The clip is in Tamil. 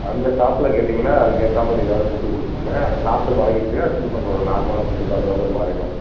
அந்த ஷாப்பில கேட்டிங்கன்னா அதுக்கு ஏற்றா மாதிரி ஏதாவது ஃபுட்டு கொடுப்பாங்க அதை சாப்பிட்டு பழகிடுச்சின்னா திரும்ப அப்புறம் நார்மலாக ஃபுட்டு சாப்புடுற மாதிரி மாறிவிடும்